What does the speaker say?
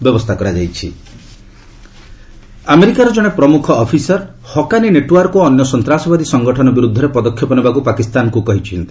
Pak US ଆମେରିକାର ଜଣେ ପ୍ରମୁଖ ଅଫିସର ହକାନୀ ନେଟ୍ୱର୍କ ଓ ଅନ୍ୟ ସନ୍ତାସବାଦୀ ସଂଗଠନ ବିରୁଦ୍ଧରେ ପଦକ୍ଷେପ ନେବାକୁ ପାକିସ୍ତାନକୁ କହିଛନ୍ତି